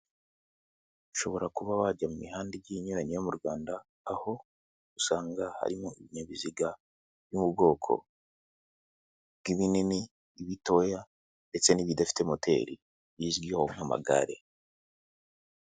Ushobora kuba wajya mu mihanda igiye inyuranye yo mu Rwanda, aho usanga harimo ibinyabiziga by'ubwoko bw'ibinini, ibitoya ndetse n'ibidafite moteri bizwi nk'amagare